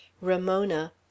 ramona